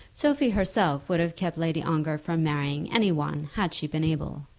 sophie herself would have kept lady ongar from marrying any one had she been able.